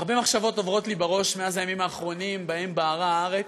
הרבה מחשבות עוברות לי בראש מאז הימים האחרונים שבהם בערה הארץ,